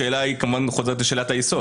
השאלה היא שאלת היסוד.